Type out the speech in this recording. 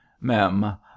Mem